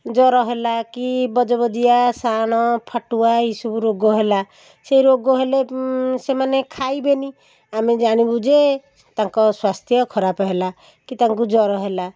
ଜ୍ୱର ହେଲା କି ବଜବଜିଆ ସାଣ ଫାଟୁଆ ଏହି ସବୁ ରୋଗ ହେଲା ସେ ରୋଗ ହେଲେ ସେମାନେ ଖାଇବେନି ଆମେ ଜାଣିବୁ ଯେ ତାଙ୍କ ସ୍ୱାସ୍ଥ୍ୟ ଖରାପ ହେଲା କି ତାଙ୍କୁ ଜ୍ୱର ହେଲା